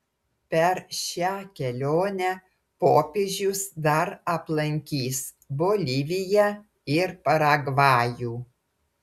per šią kelionę popiežius dar aplankys boliviją ir paragvajų